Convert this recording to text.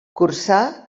cursà